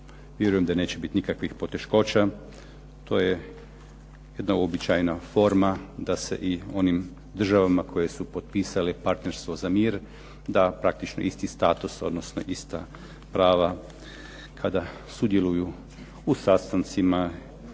Vjerujem da neće biti nikakvih poteškoća. To je uobičajena forma da se i onim državama koje su potpisale partnerstvo za mir da praktički isti status, odnosno ista prava kada sudjeluju u sastancima